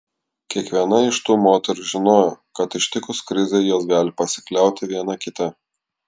kiekviena iš tų moterų žinojo kad ištikus krizei jos gali pasikliauti viena kita